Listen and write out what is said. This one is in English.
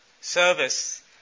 service